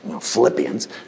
Philippians